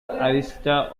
arista